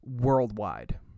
worldwide